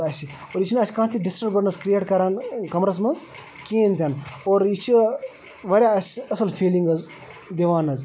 اور یہِ چھِنہٕ اَسہِ کانٛہہ تہِ ڈسٹربنس کریٹ کران کَمرَس منٛز کِہینۍ تہِ نہٕ اور یہِ چھُ واریاہ اَسہِ اَصٕل فیٖلِنٛگ حظ دِوان حظ